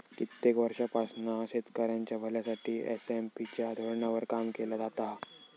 कित्येक वर्षांपासना शेतकऱ्यांच्या भल्यासाठी एस.एम.पी च्या धोरणावर काम केला जाता हा